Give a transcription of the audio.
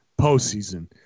postseason